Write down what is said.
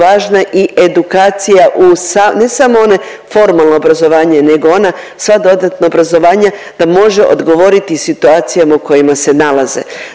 i edukacija, ne samo one formalno obrazovanje nego ona sva dodatna obrazovanja da može odgovoriti situacijama u kojima se nalaze.